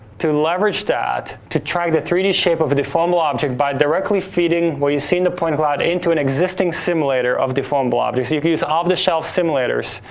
to leverage that to triang the three d shape of the fumble object by directly feeding where you've seen the point cloud into an existing simulator of the fumble objects. you could use off-the-shelf simulators.